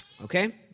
Okay